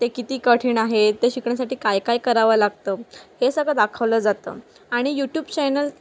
ते किती कठीण आहे ते शिकण्यासाठी काय काय करावं लागतं हे सगळं दाखवलं जातं आणि यूट्यूब चॅनल